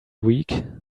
week